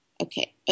Okay